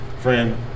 friend